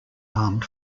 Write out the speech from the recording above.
armed